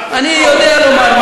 אני יודע לומר,